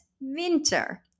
winter